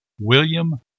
William